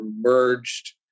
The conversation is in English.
merged